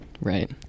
Right